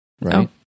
Right